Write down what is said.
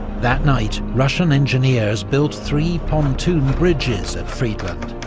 that night, russian engineers built three pontoon bridges at friedland,